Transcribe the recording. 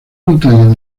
montañas